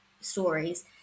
stories